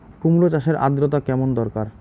কুমড়ো চাষের আর্দ্রতা কেমন দরকার?